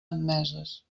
admeses